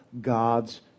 God's